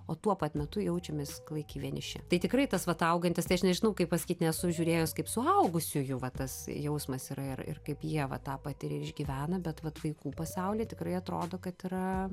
o tuo pat metu jaučiamės klaikiai vieniši tai tikrai tas vat augantis tai aš nežinau kaip pasakyt nesu žiūrėjus kaip suaugusiųjų va tas jausmas yra ir ir kaip jie va tą patiria ir išgyvena bet vat vaikų pasauly tikrai atrodo kad yra